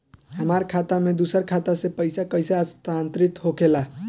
हमार खाता में दूसर खाता से पइसा कइसे स्थानांतरित होखे ला?